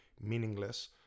meaningless